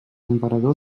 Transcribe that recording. emperador